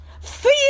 feel